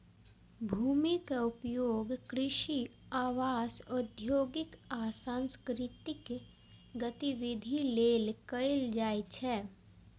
भूमिक उपयोग कृषि, आवास, औद्योगिक आ सांस्कृतिक गतिविधि लेल कैल जाइ छै